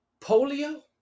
Polio